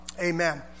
Amen